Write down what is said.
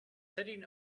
sitting